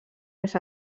més